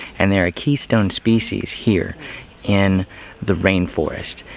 and they are keystone species here in the rain-forest.